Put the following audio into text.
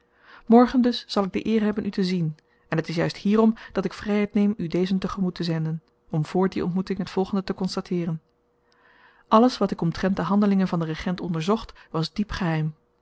morgen dus zal ik de eer hebben u te zien en het is juist hierom dat ik vryheid neem u dezen te-gemoet te zenden om vr die ontmoeting het volgende te konstateeren alles wat ik omtrent de handelingen van den regent onderzocht was diep geheim